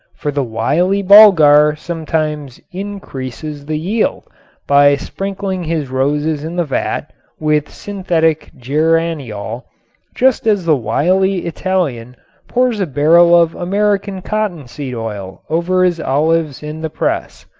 for the wily bulgar sometimes increases the yield by sprinkling his roses in the vat with synthetic geraniol just as the wily italian pours a barrel of american cottonseed oil over his olives in the press.